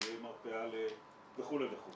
שתהיה מרפאה וכו'.